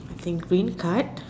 I think green card